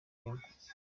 inyuma